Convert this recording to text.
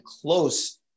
close